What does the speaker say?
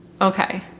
Okay